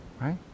Right